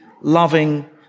loving